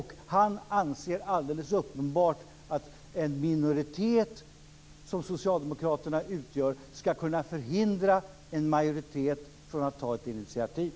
Han anser alldeles uppenbart att en minoritet, som socialdemokraterna utgör, skall kunna förhindra en majoritet från att ta ett initiativ.